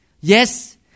Yes